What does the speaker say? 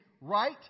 right